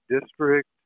district